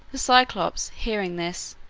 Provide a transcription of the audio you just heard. the cyclops, hearing this,